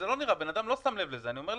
בן אדם לא שם לב לזה.